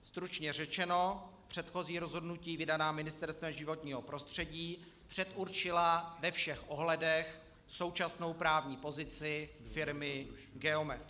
Stručně řečeno, předchozí rozhodnutí vydaná Ministerstvem životního prostředí předurčila ve všech ohledech současnou právní pozici firmy Geomet.